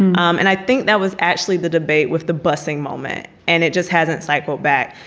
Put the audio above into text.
um and i think that was actually the debate with the busing moment, and it just hasn't cycle back.